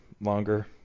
longer